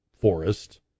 forest